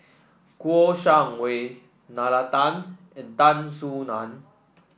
Kouo Shang Wei Nalla Tan and Tan Soo Nan